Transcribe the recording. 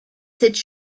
cette